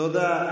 תודה.